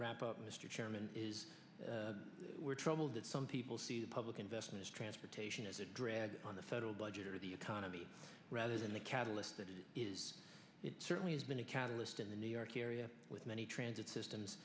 wrap up mr chairman is we're troubled that some people see the public investment transportation as a drag on the federal budget or the economy rather than the catalyst it certainly has been a catalyst in the new york area with many transit systems